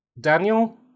Daniel